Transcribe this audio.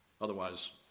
Otherwise